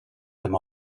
them